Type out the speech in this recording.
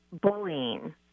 bullying –